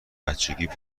بچگی